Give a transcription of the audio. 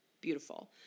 Beautiful